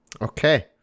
Okay